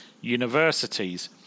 universities